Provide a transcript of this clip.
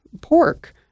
pork